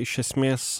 iš esmės